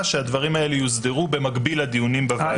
שהדברים האלה יוסדרו במקביל לדיונים בוועדה.